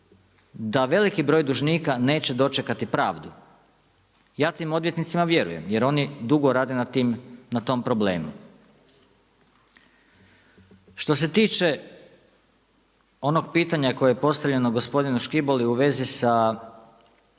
da veliki broj dužnika neće dočekati pravdu. Ja tim odvjetnicima vjerujem, jer oni dugo rade na tom problemu. Što se tiče, onog pitanja koji je postavljano gospodinu Škiboli u vezi sa